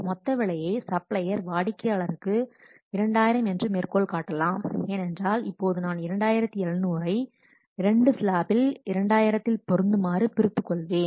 மொத்த விலையை சப்ளையர் வாடிக்கையாளருக்கு 2000 என்று மேற்கோள் காட்டலாம் ஏனென்றால் இப்போது நான் 2700 ஐ 2 ஸ்லாப்பில் 2000 இல் பொருந்துமாறு பிரித்துக் கொள்வேன்